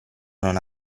non